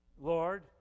Lord